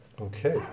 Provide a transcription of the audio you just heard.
Okay